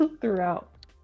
throughout